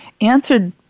answered